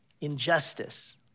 injustice